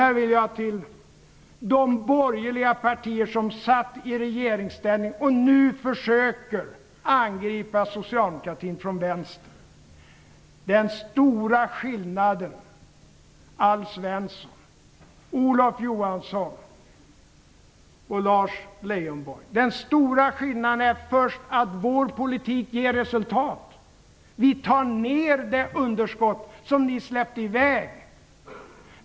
Här vill jag till de borgerliga partier som satt i regeringsställning och som nu försöker angripa socialdemokratin från vänster säga att den stora skillnaden, Alf Svensson, Olof Johansson och Lars Leijonborg, först är att vår politik ger resultat. Vi tar ned det underskott som ni släppte i väg.